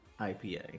ipa